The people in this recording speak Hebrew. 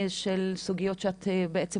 של סוגיות שאת בעצם